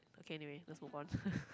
okay anyway let's move on